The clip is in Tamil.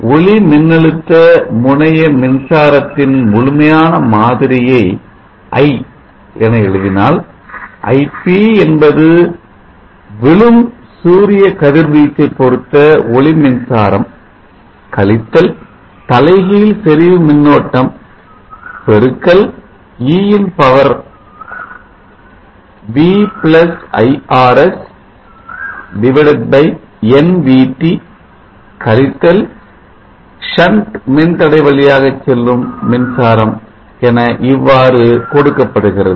ஒளி மின்னழுத்த முனையமின்சாரத்தின் முழுமையான மாதிரியை i என எழுதினால் ip என்பது விழும் சூரிய கதிர் வீச்சை பொருத்த ஒளி மின்சாரம் கழித்தல் தலைகீழ் செறிவு மின்னோட்டம் பெருக்கல் e ன் பவர் v iRs கழித்தல் Shunt மின்தடை வழியாகச் செல்லும் மின்சாரம் என இவ்வாறு கொடுக்கப்படுகிறது